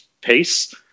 pace